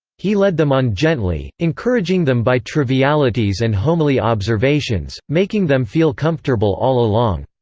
he led them on gently, encouraging them by trivialities and homely observations, making them feel comfortable all along.